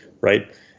right